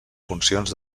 funcions